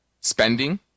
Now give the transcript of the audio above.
spending